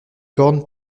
cornes